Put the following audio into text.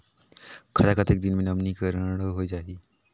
खाता कतेक दिन मे नवीनीकरण होए जाहि??